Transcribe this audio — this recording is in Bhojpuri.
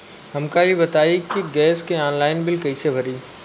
हमका ई बताई कि गैस के ऑनलाइन बिल कइसे भरी?